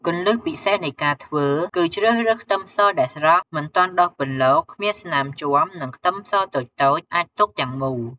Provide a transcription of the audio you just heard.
គន្លឹះពិសេសនៃការធ្វើគឺ ជ្រើសរើសខ្ទឹមសដែលស្រស់ មិនទាន់ដុះពន្លក គ្មានស្នាមជាំ និងខ្ទឹមសតូចៗអាចទុកទាំងមូល។